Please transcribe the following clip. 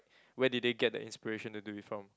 where did they get the inspiration to do it from